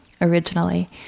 originally